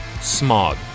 smog